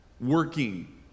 working